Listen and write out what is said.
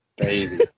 baby